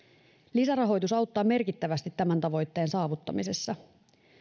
lisärahoitus auttaa merkittävästi tämän tavoitteen saavuttamisessa